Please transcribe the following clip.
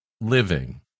Living